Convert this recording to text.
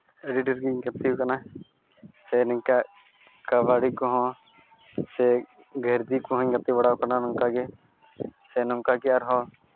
ᱟᱹᱰᱤ ᱰᱷᱮᱨ ᱜᱤᱧ ᱜᱟᱛᱮᱣ ᱠᱟᱱᱟ ᱥᱮ ᱱᱤᱝᱠᱟ ᱠᱟᱵᱟᱰᱤ ᱠᱚᱦᱚᱸ ᱥᱮ ᱜᱷᱮᱨᱫᱤ ᱠᱚᱦᱚᱸᱧ ᱜᱟᱛᱮ ᱵᱟᱲᱟᱣ ᱠᱟᱱᱟ ᱱᱚᱝᱠᱟ ᱜᱮ ᱥᱮ ᱱᱚᱝᱠᱟ ᱜᱮ ᱟᱨᱦᱚᱸ